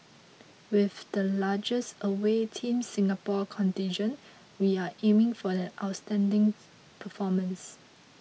with the largest away Team Singapore contingent we are aiming for an outstanding performance